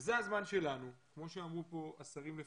זה הזמן שלנו, כמו שאמרו פה השרים לפני,